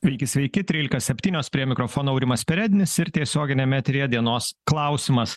sveiki sveiki trylika septynios prie mikrofono aurimas perednis ir tiesioginiam eteryje dienos klausimas